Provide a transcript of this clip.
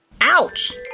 ouch